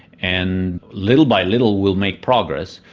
and little by little, we'll make progress.